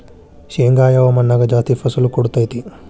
ಶೇಂಗಾ ಯಾವ ಮಣ್ಣಾಗ ಜಾಸ್ತಿ ಫಸಲು ಕೊಡುತೈತಿ?